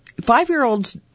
Five-year-olds